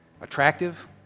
attractive